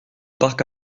parc